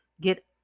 Get